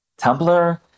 Tumblr